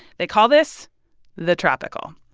they call this the tropickle.